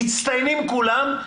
מצטיינים כולם,